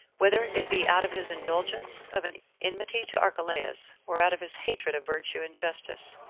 whether it be out of his indulgence of an enmity to archelaus, or out of his hatred of virtue and justice.